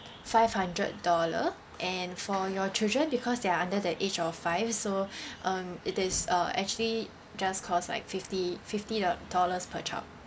five hundred dollar and for your children because they are under the age of five so um it is uh actually just cost like fifty fifty dol~ dollars per child